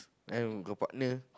then will got partner